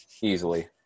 easily